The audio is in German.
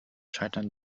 scheitern